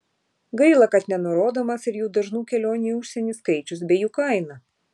gaila kad nenurodomas ir jų dažnų kelionių į užsienį skaičius bei jų kaina